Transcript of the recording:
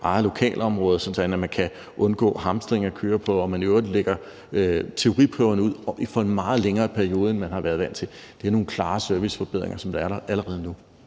eget lokalområde, sådan at man kan undgå hamstring af køreprøver, og at man i øvrigt lægger teoriprøver ud for en meget længere periode, end man har været vant til, er nogle klare serviceforbedringer, som er der allerede nu.